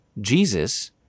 Jesus